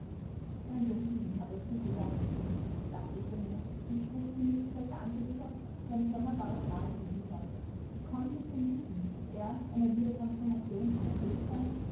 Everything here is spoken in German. ganz entschieden hat er zu viel wein getrunken dachte ich bei mir und ich wußte nicht welche antwort ich auf seine sonderbare frage geben sollte wie konnte ich denn wissen ob er einer wiedertransformation noch fähig sei